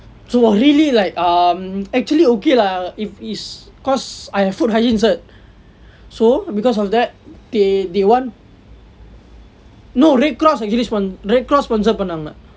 so really like um actually okay lah if is cause I have food hygiene cert so because of that they they want no red cross give us one red cross sponsor பண்ணாங்க:pannaangka